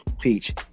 Peach